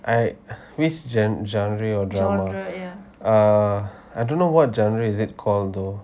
I which gen genre or drama err I don't know what genre is it called though